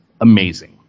amazing